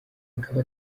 akaba